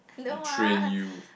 it train you